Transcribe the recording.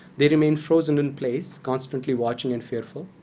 they remain frozen in place, constantly watching and fearful.